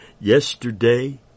yesterday